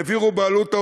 העבירו בעלות,